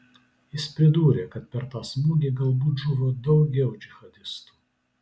jis pridūrė kad per tą smūgį galbūt žuvo daugiau džihadistų